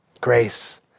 Grace